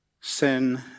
Sin